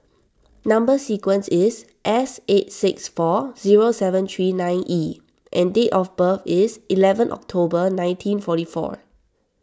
Number Sequence is S eight six four zero seven three nine E and date of birth is eleven October nineteen forty four